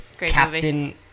Captain